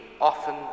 often